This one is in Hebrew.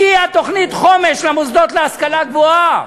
הגיעה תוכנית חומש למוסדות להשכלה גבוהה,